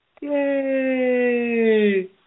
Yay